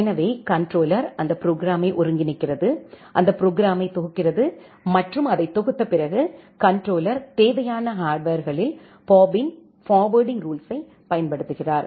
எனவே கண்ட்ரோலர் அந்த ப்ரோக்ராமை ஒருங்கிணைக்கிறது அந்த ப்ரோக்ராமைத் தொகுக்கிறது மற்றும் அதை தொகுத்த பிறகு கண்ட்ரோலர் தேவையான ஹார்ட்வர் களில் பாபின் ஃபார்வேர்ட்டிங் ரூல்ஸுயைப் பயன்படுத்துகிறார்